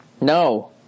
No